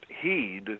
heed